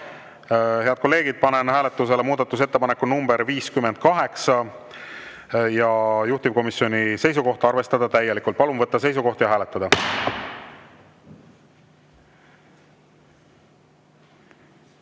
Head kolleegid! Panen hääletusele muudatusettepaneku nr 58, juhtivkomisjoni seisukoht on arvestada täielikult. Palun võtta seisukoht ja hääletada!